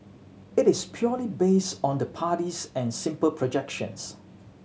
it is purely based on the parties and simple projections